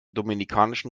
dominikanischen